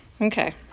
Okay